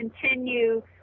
continue